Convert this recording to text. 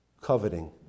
coveting